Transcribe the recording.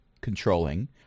controlling